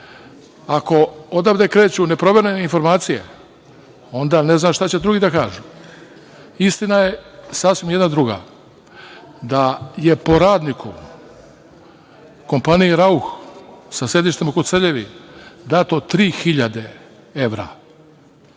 Ako odavde kreću ne proverene informacije, onda ne znam šta će drugi da kažu. Istina je sasvim jedna druga, da je po radniku kompaniji „Rauch“ sa sedištem u Koceljevi dato 3.000 evra